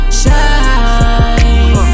shine